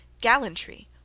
gallantry